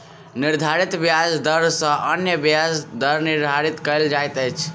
निर्धारित ब्याज दर सॅ अन्य ब्याज दर निर्धारित कयल जाइत अछि